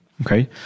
okay